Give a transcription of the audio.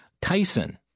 Tyson